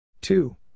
two